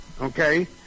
Okay